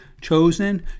chosen